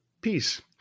Peace